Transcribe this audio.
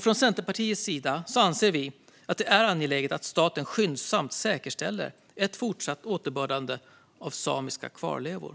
Från Centerpartiets sida anser vi att det är angeläget att staten skyndsamt säkerställer ett fortsatt återbördande av samiska kvarlevor.